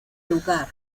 lugar